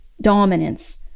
dominance